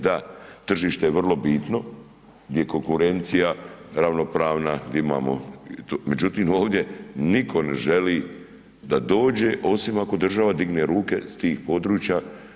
Da, tržište je vrlo bitno gdje je konkurencija ravnopravna gdje imamo, međutim ovdje nitko ne želi da dođe osim ako država digne ruke sa tih područja.